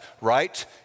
right